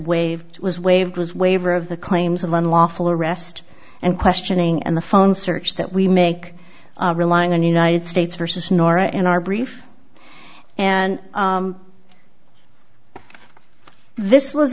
waive was waived was waiver of the claims of unlawful arrest and questioning and the phone search that we make relying on the united states versus norah in our brief and this was